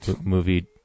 movie